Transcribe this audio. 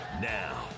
Now